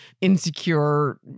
insecure